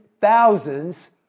thousands